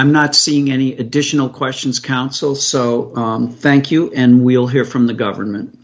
i'm not seeing any additional questions counsel so on thank you and we'll hear from the government